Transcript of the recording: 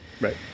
Right